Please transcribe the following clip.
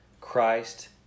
Christ